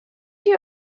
you